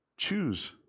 Choose